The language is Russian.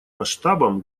масштабам